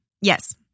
Yes